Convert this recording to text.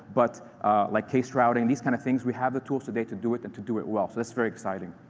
but like case-routing, these kind of things we have the tools today to do it and to do it well. so this is very exciting.